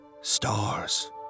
Stars